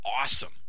awesome